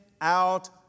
out